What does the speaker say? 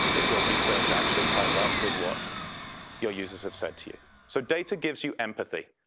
if your research actually ties up with what your users have said to you. so, data gives you empathy.